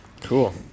Cool